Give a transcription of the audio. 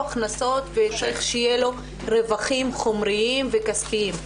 הכנסות וצריך שיהיה לו רווחים חומריים וכספיים.